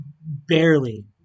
Barely